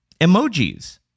Emojis